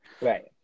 Right